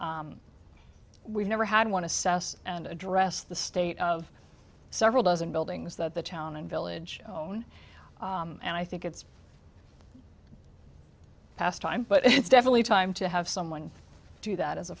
we've never had one assess and address the state of several dozen buildings that the town and village own and i think it's past time but it's definitely time to have someone do that as a